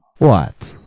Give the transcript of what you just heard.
what,